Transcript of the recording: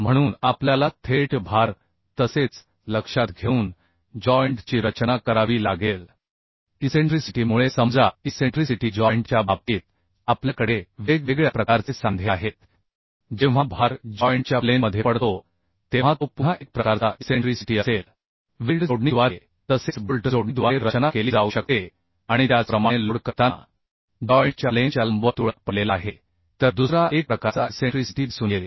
म्हणून आपल्याला थेट भार तसेच लक्षात घेऊन जॉइंट ची रचना करावी लागेल इसेंट्रिसिटी मुळे समजा इसेंट्रिसिटी जॉइंट च्या बाबतीत आपल्याकडे वेगवेगळ्या प्रकारचे सांधे आहेत जेव्हा भार जॉइंट च्या प्लेन मध्ये पडतो तेव्हा तो पुन्हा एक प्रकारचा इसेंट्रीसिटी असेल वेल्ड जोडणीद्वारे तसेच बोल्ट जोडणीद्वारे रचना केली जाऊ शकते आणि त्याचप्रमाणे लोड करताना जॉइंट च्या प्लेन च्या लंबवर्तुळात पडलेला आहे तर दुसरा एक प्रकारचा इसेंट्रीसिटी दिसून येते